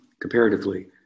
comparatively